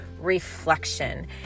reflection